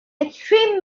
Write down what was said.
extreme